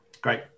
Great